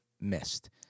missed